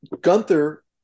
Gunther